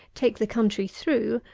take the country through,